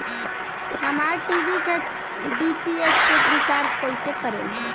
हमार टी.वी के डी.टी.एच के रीचार्ज कईसे करेम?